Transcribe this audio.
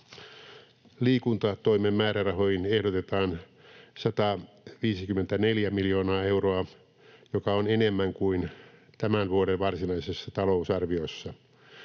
Liikuntatoimen määrärahoihin ehdotetaan 154 miljoonaa euroa, joka on enemmän kuin tämän vuoden varsinaisessa talousarviossa.